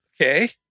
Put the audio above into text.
okay